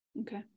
Okay